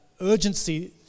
urgency